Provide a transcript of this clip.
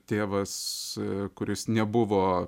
tėvas kuris nebuvo